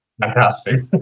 Fantastic